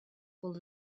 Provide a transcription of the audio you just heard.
will